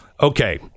Okay